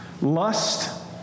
lust